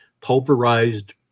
pulverized